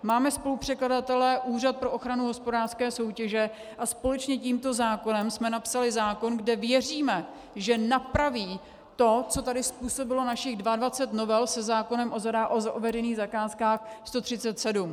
Máme spolupřekladatele, Úřad pro ochranu hospodářské soutěže, a společně tímto zákonem jsme napsali zákon, kde věříme, že napraví to, co tady způsobilo našich 22 novel se zákonem o veřejných zakázkách 137.